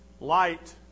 light